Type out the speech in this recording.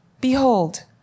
behold